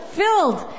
filled